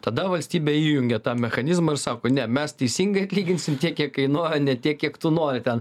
tada valstybė įjungia tą mechanizmą ir sako ne mes teisingai atlyginsim tiek kiek kainuoja ne tiek kiek tu nori ten